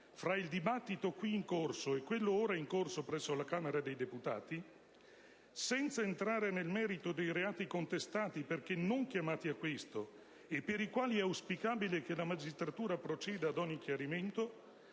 fra il dibattito qui in corso e quello ora in corso presso la Camera dei deputati, senza entrare nel merito dei reati contestati (perché non siamo chiamati a questo), per i quali è auspicabile che la magistratura proceda ad ogni chiarimento,